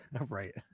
Right